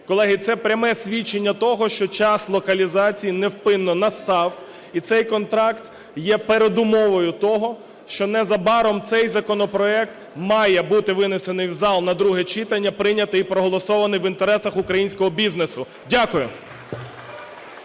Колеги, це пряме свідчення того, що час локалізації невпинно настав. І цей контракт є передумовою того, що незабаром цей законопроект має бути винесений в зал на друге читання, прийнятий і проголосований в інтересах українського бізнесу. Дякую.